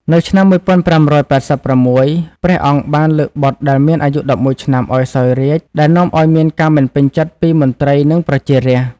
នៅឆ្នាំ ១៥៨៦ ព្រះអង្គបានលើកបុត្រដែលមានអាយុ ១១ ឆ្នាំឱ្យសោយរាជ្យ ដែលនាំឱ្យមានការមិនពេញចិត្តពីមន្ត្រី និងប្រជារាស្ត្រ។